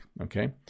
Okay